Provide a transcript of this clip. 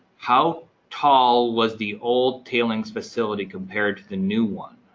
how tall was the old tailings facility compared to the new one?